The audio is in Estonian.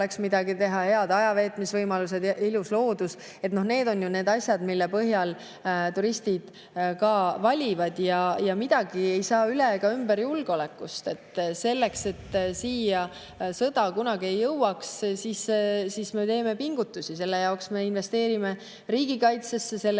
oleks midagi teha, head ajaveetmisvõimalused ja ilus loodus – need on need asjad, mille põhjal turistid ka valivad. Ja kuidagi ei saa üle ega ümber julgeolekust. Selleks, et siia sõda kunagi ei jõuaks, me teeme pingutusi. Selle jaoks me investeerime riigikaitsesse, selle